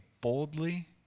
boldly